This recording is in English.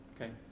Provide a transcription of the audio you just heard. Okay